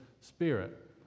Spirit